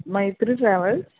Maitri travels